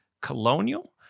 Colonial